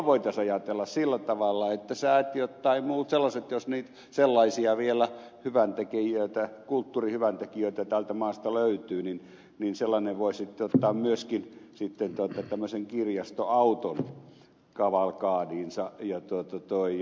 silloin voitaisiin ajatella sillä tavalla että säätiöt tai muut sellaiset jos vielä niitä sellaisia hyväntekijöitä kulttuurihyväntekijöitä tästä maasta löytyy voisivat ottaa myöskin tämmöisen kirjastoauton kavalkadiinsa ja tuotot toi